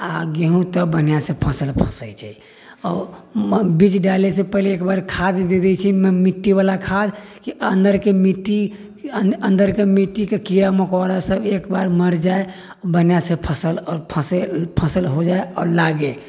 आ गेहूँ तऽ बढ़िआँ से फसल फँसैत छै बीज डालै से पहिले एक बार खाद जे दै छियै ने मिट्टी बाला खादके अन्दरके मिट्टी अन्द अन्दरके मिट्टीके कीड़ा मकौड़ा सभ एकबार मर जाइ बढ़िआँ से फसल आओर फसल हो जाइ आओर लागै